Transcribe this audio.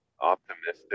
optimistic